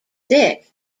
sick